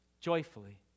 joyfully